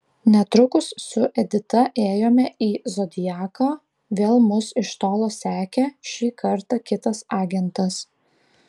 netrukus su edita ėjome į zodiaką vėl mus iš tolo sekė šį kartą kitas agentas